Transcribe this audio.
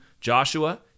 Joshua